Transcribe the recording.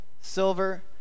silver